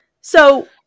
So-